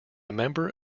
member